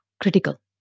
critical